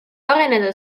areneda